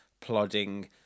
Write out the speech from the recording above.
plodding